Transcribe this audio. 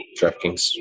DraftKings